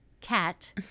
cat